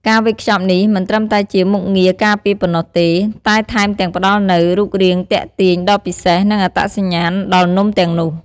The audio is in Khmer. ការវេចខ្ចប់នេះមិនត្រឹមតែជាមុខងារការពារប៉ុណ្ណោះទេ តែថែមទាំងផ្តល់នូវ រូបរាងទាក់ទាញ ដ៏ពិសេស និងអត្តសញ្ញាណដល់នំទាំងនោះ។